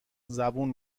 زبون